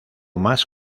más